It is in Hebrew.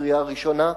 לקריאה ראשונה.